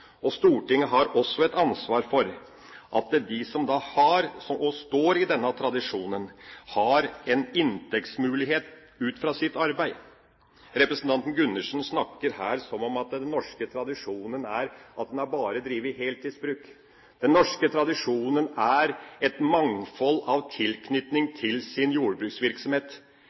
Stortinget har også et ansvar for at de som står i denne tradisjonen, har en inntektsmulighet fra sitt arbeid. Representanten Gundersen snakker her som om den norske tradisjonen er at en bare har drevet heltidsbruk. Den norske tradisjonen er et mangfold av tilknytninger til jordbruksvirksomhet,